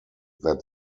that